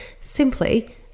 Simply